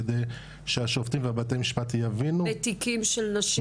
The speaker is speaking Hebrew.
כדי שהשופטים ובתי המשפט יבינו --- בתיקים של נשים שנפגעו מינית?